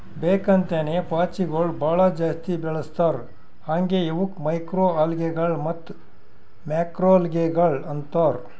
ಬೇಕ್ ಅಂತೇನೆ ಪಾಚಿಗೊಳ್ ಭಾಳ ಜಾಸ್ತಿ ಬೆಳಸ್ತಾರ್ ಹಾಂಗೆ ಇವುಕ್ ಮೈಕ್ರೊಅಲ್ಗೇಗಳ ಮತ್ತ್ ಮ್ಯಾಕ್ರೋಲ್ಗೆಗಳು ಅಂತಾರ್